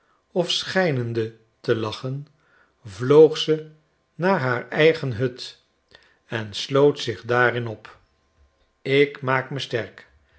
te lachen vloog ze naar haar eigen hut en sloot zich daarin op ik maak me sterk